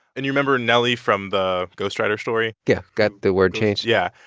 and you remember nelly from the ghostwriter story? yeah got the word changed yeah.